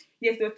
Yes